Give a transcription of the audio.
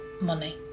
money